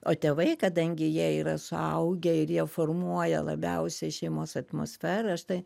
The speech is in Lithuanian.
o tėvai kadangi jie yra suaugę ir jie formuoja labiausiai šeimos atmosferą aš tai